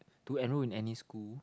to enroll in any school